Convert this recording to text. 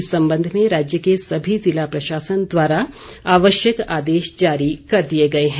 इस संबंध में राज्य के सभी जिला प्रशासन द्वारा आवश्यक आदेश जारी कर दिए गए हैं